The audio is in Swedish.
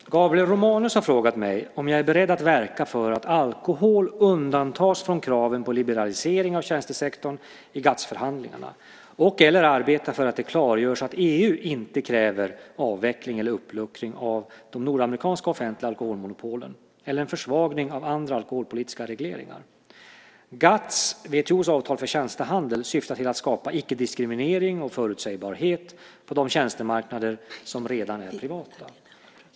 Fru talman! Gabriel Romanus har frågat mig om jag är beredd att verka för att alkohol undantas från kraven på liberalisering av tjänstesektorn i GATS-förhandlingarna och arbeta för att det klargörs att EU inte kräver avveckling eller uppluckring av de nordamerikanska offentliga alkoholmonopolen eller en försvagning av andra alkoholpolitiska regleringar. GATS, WTO:s avtal för tjänstehandel, syftar till att skapa icke-diskriminering och förutsägbarhet på de tjänstemarknader som redan är privata.